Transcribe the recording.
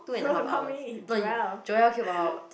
no not me Joel